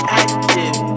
active